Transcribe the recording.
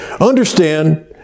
Understand